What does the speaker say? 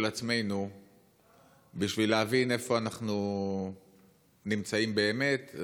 עצמנו בשביל להבין איפה אנחנו נמצאים באמת.